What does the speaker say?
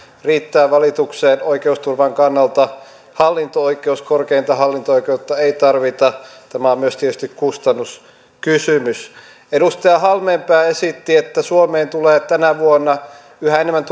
riittää valitukseen oikeusturvan kannalta hallinto oikeus korkeinta hallinto oikeutta ei tarvita tämä on myös tietysti kustannuskysymys edustaja halmeenpää esitti että suomeen tulee tänä vuonna yhä enemmän